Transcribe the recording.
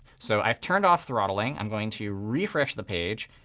so i've turned off throttling. i'm going to refresh the page.